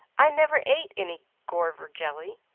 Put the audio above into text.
i never ate any gorver jelly.